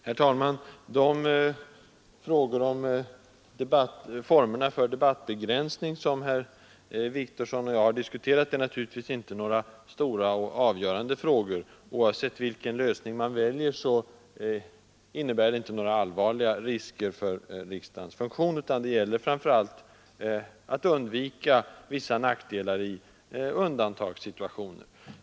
Herr talman! De första frågorna, om formerna för debattbegränsning, som herr Wictorsson och jag har diskuterat, är naturligtvis inte någon stor och avgörande fråga. Oavsett vilken lösning man väljer innebär det inte några allvarliga risker för riksdagens funktion, utan det gäller framför allt att undvika vissa nackdelar i undantagssituationer.